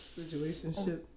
Situationship